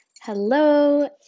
hello